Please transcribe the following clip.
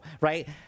Right